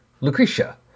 Lucretia